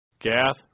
gath